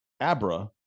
Abra